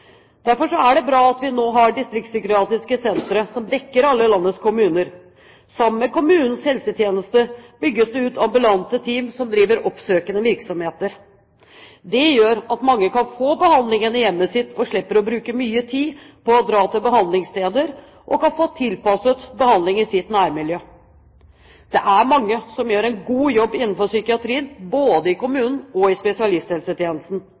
Derfor er det bra at vi nå har distriktspsykiatriske sentre som dekker alle landets kommuner. Sammen med kommunens helsetjeneste bygges det ut ambulante team som driver oppsøkende virksomhet. Det gjør at mange kan få behandlingen i hjemmet sitt og slipper å bruke mye tid på å dra til behandlingssteder, og kan få tilpasset behandling i sitt nærmiljø. Det er mange som gjør en god jobb innenfor psykiatrien, både i kommunen og i spesialisthelsetjenesten.